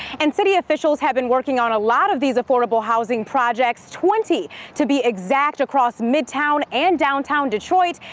and city officials have been working on lot of these affordable housing projects. twenty to be exact, across midtown and downtown detroit.